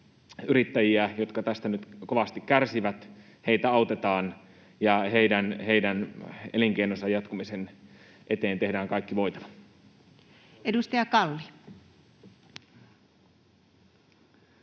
yrittäjiä, jotka tästä nyt kovasti kärsivät, autetaan ja heidän elinkeinonsa jatkumisen eteen tehdään kaikki voitava. [Speech 46]